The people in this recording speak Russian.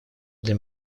для